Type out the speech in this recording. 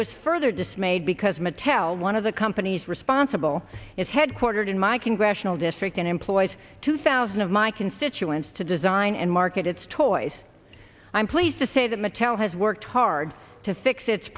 was further dismayed because mattel one of the companies responsible is headquartered in my congressional district and employs two thousand of my constituents to design and market its toys i'm pleased to say that mattel has worked hard to fix its